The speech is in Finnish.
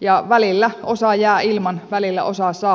ja välillä osa jää ilman välillä osa saa